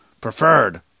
preferred